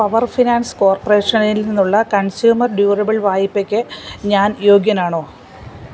power finance കോർപ്പറേഷനിൽ നിന്നുള്ള consumer durable വായ്പയ്ക്ക് ഞാൻ യോഗ്യനാണോ